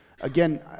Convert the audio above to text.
Again